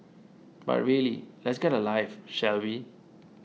but really let's get a life shall we